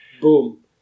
boom